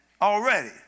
already